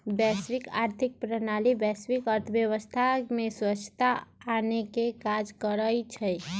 वैश्विक आर्थिक प्रणाली वैश्विक अर्थव्यवस्था में स्वछता आनेके काज करइ छइ